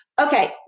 Okay